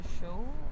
show